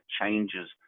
changes